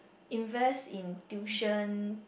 invest in tuition